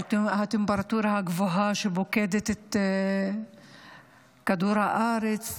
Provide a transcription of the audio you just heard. על הטמפרטורה הגבוהה שפוקדת את כדור הארץ,